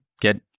get